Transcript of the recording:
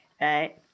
right